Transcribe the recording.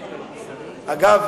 אגב,